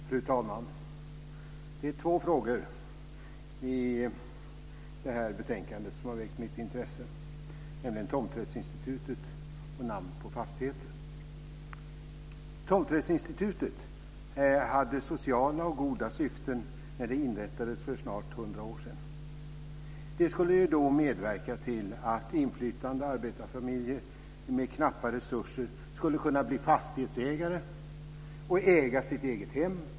Fru talman! Det är två frågor i detta betänkande som har väckt mitt intresse, tomträttsinstitutet och namn på fastigheter. Tomträttsinstitutet hade sociala och goda syften när det inrättades för snart 100 år sedan. Det skulle medverka till att inflyttade arbetarfamiljer med knappa resurser skulle kunna bli fastighetsägare och äga sitt eget hem.